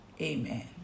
Amen